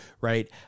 right